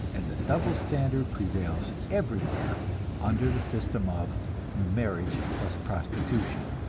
and the double standard prevails everywhere under the system of marriage-plus-prostitution,